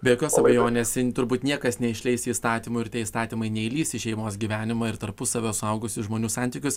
be jokios abejonės turbūt niekas neišleis įstatymų ir tie įstatymai neįlįs į šeimos gyvenimą ir tarpusavio suaugusiųjų žmonių santykius